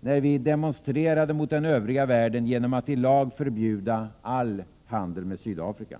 när vi demonstrerade mot den övriga världen genom att i lag förbjuda all handel med Sydafrika.